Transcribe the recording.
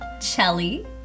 Chelly